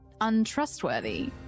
untrustworthy